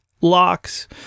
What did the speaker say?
locks